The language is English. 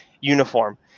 uniform